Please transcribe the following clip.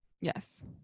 Yes